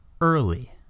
early